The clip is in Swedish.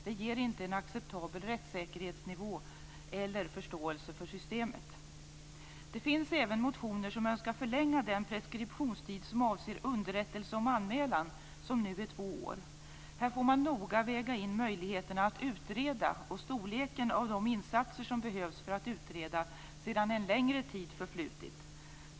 Det ger inte en acceptabel rättssäkerhetsnivå eller förståelse för systemet. Det finns även motioner med önskemål om förlängning av den preskriptionstid som avser underrättelse om anmälan, som nu är två år. Här får man noga väga in möjligheterna att utreda och storleken av de insatser som behövs för att utreda sedan en längre tid förflutit.